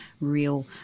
real